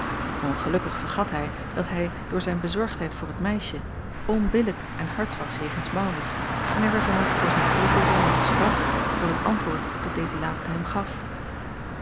ongelukkig vergat hij dat hij door zijn bezorgdheid voor het meisje onbillijk en hard was jegens maurits en hij werd dan ook voor zijn pekelzonde gestraft door het antwoord dat deze laatste hem gaf